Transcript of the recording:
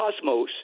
cosmos